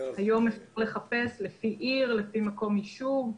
היום אפשר לחפש לפי עיר, לפי מקום יישוב,